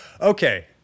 okay